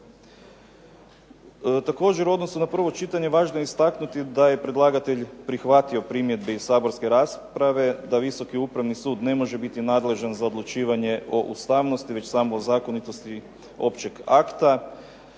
Također u odnosu na prvo čitanje važno je istaknuti da je predlagatelj prihvatio primjedbe iz saborske rasprave da Visoki upravni sud ne može biti nadležan za odlučivanje o ustavnosti već samo o zakonitosti općeg akta.